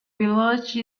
village